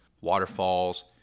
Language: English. waterfalls